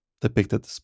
depicted